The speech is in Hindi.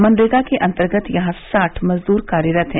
मनरेगा के अंतर्गत यहां साठ मजदूर कार्यरत हैं